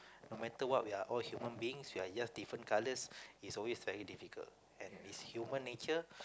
no matter what we are all human beings we are just different colors it is always very difficult and it's human nature